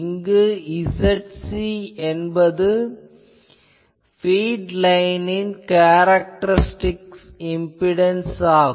இங்கு Zc என்பது feed லைனின் கேரக்டேரிஸ்டிக் இம்பிடன்ஸ் ஆகும்